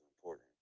important